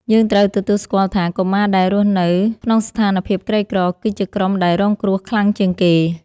យើងត្រូវទទួលស្គាល់ថា កុមារដែលរស់នៅក្នុងស្ថានភាពក្រីក្រ គឺជាក្រុមដែលរងគ្រោះខ្លាំងជាងគេ។